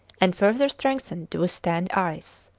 and further strengthened to withstand ice.